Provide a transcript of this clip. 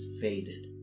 faded